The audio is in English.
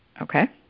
Okay